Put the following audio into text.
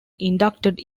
inducted